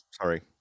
Sorry